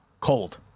Cold